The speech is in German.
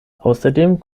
außerdem